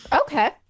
Okay